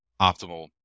optimal